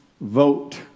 vote